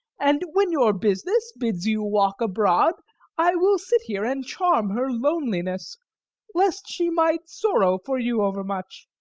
and when your business bids you walk abroad i will sit here and charm her loneliness lest she might sorrow for you overmuch.